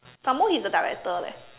some more he's the director leh